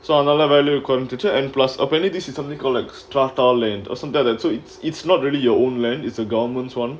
so அதனால வேலயும் குறைச்சிருச்சி:athanaale velayum kurainjiruchi and plus a apparently system nicoll extra thailand or some and so it's it's not really your own land is the government's one